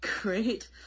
great